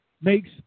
makes